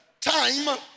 time